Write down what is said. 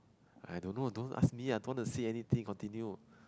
I don't know don't ask me I don't want to say anything continue